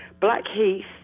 Blackheath